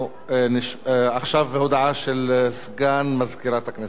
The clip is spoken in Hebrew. עכשיו הודעה של סגן מזכירת הכנסת.